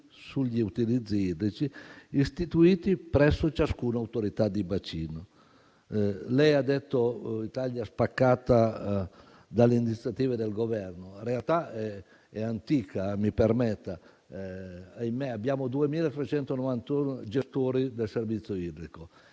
sugli utilizzi idrici istituiti presso ciascuna Autorità di bacino. Lei ha detto che l'Italia è spaccata dalle iniziative del Governo. La realtà è antica, mi permetta. Ahimè, abbiamo 2.391 gestori del servizio idrico.